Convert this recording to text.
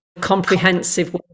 comprehensive